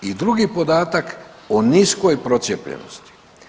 I drugi podatak o niskoj procijepljenosti.